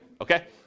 okay